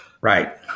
Right